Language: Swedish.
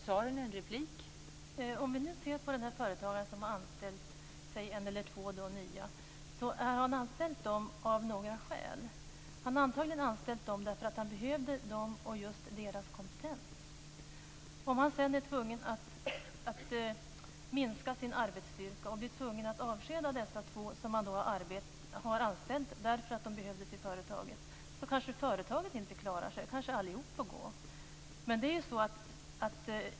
Fru talman! Den här företagaren har antagligen anställt dessa två nya därför att han behövde dem och deras kompetens. Om han sedan är tvungen att minska sin arbetsstyrka och då tvingas att avskeda de två som han nyss anställt, kanske företaget inte klarar sig. Då kan allihop få gå.